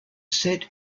set